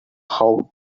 how